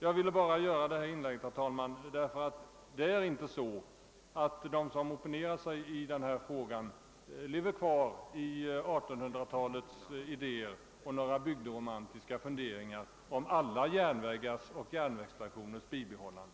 Jag ville bara göra detta inlägg, herr talman, av den anledningen att de som opponerar sig i denna fråga inte lever kvar i 1800-talets idéer och i några bygderomantiska funderingar om alla järnvägars och järnvägsstationers bibehållande.